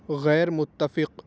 غیرمتفق